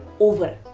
over.